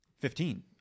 Fifteen